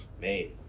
made